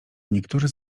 niektórzy